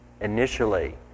initially